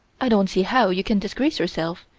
i don't see how you can disgrace yourself,